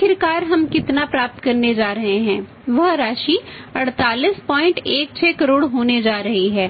तो आखिरकार हम कितना प्राप्त करने जा रहे हैं वह राशि 4816 करोड़ होने जा रही है